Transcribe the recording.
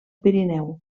pirineu